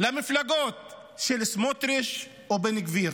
המפלגות של סמוטריץ' ובן גביר.